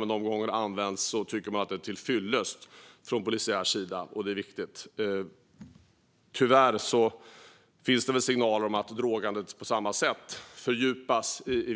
Men de gånger det används tycker man från polisiär sida att det är till fyllest, och det är viktigt. Tyvärr finns det signaler om att drogandet fördjupas i